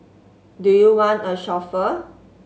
do you want a chauffeur